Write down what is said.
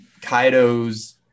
Kaido's